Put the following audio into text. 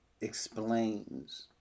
explains